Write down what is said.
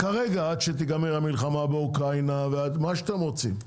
כרגע, עד שתיגמר המלחמה באוקראינה ומה שאתם רוצים,